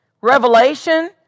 revelation